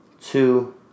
two